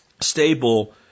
stable